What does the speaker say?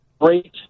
great